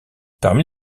parmi